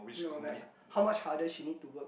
you know like how much harder she need to work